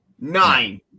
nine